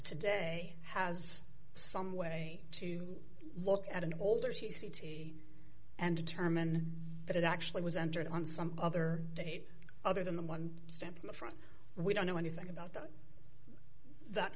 today has some way to look at an older t c t and determine that it actually was entered on some other date other than the one step to the front we don't know anything about that that